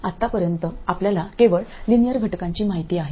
आतापर्यंत आपल्याला केवळ लिनियर घटकांची माहिती आहे